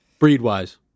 Breed-wise